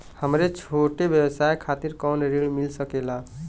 हमरे छोट व्यवसाय खातिर कौनो ऋण मिल सकेला?